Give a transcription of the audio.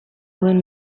duen